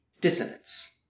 dissonance